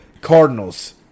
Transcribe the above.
Cardinals